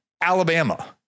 Alabama